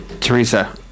Teresa